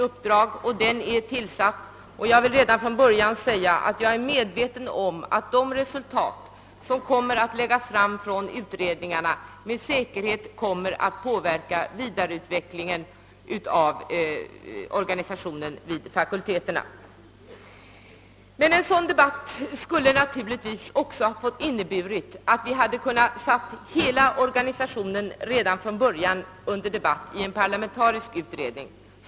Utredningen U 68 har fått sitt uppdrag och är nu tillsatt. Jag är medveten om att det resultat som kommer att framläggas med säkerhet kommer att påverka den vidare utvecklingen av organisationen vid fakulteterna. En sådan debatt som jag här efterlyst skulle naturligtvis också ha inneburit att vi kunnat ställa hela organisationen under debatt i en parlamentarisk utredning redan från början.